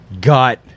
got